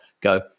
go